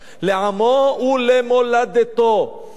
ונמאס כבר לשמוע ששם יש 25 שנות שירות.